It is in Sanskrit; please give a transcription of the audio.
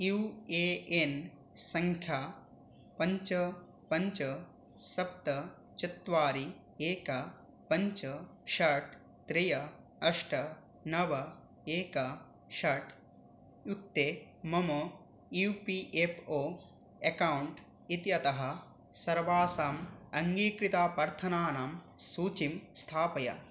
यू ए एन् सङ्ख्यया पञ्च पञ्च सप्त चत्वारि एकं पञ्च षट् त्रय अष्ट नव एकं षट् युक्ते मम U P F O account इत्यतः सर्वासाम् अङ्गीकृतां प्रार्थनानां सूचीं स्थापय